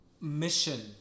mission